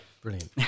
Brilliant